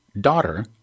daughter